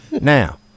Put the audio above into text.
Now